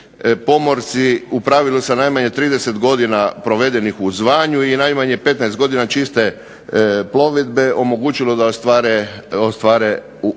pomorci u pravilu sa najmanje 30 godina provedenih u zvanju i najmanje 15 godina čiste plovidbe omogućilo da ostvare mirovinu